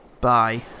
Bye